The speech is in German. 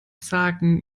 sagen